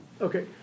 Okay